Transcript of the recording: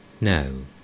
No